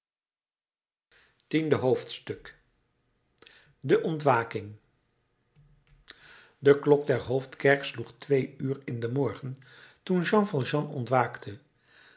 tiende hoofdstuk de ontwaking de klok der hoofdkerk sloeg twee uur in den morgen toen jean valjean ontwaakte